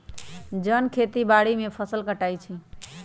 जन खेती बाड़ी में फ़सल काटइ छै